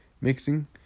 mixing